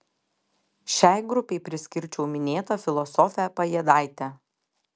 šiai grupei priskirčiau minėtą filosofę pajėdaitę